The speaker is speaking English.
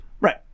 right